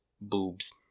boobs